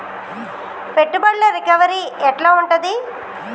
పెట్టుబడుల రికవరీ ఎట్ల ఉంటది?